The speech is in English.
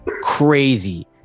Crazy